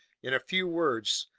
in a few words,